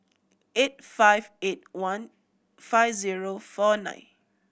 eight five eight one five zero four nine